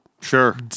sure